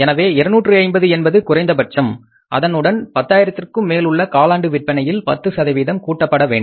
எனவே 250 என்பது குறைந்தபட்சம் அதனுடன் 10 ஆயிரத்திற்கும் மேல் உள்ள காலாண்டு விற்பனையில் 10 கூட்டப்பட வேண்டும்